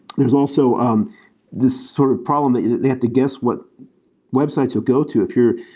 there's also um this sort of problem that they had to guess what websites will go to. if you're